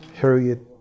Harriet